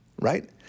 right